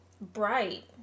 Bright